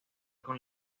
con